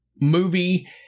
movie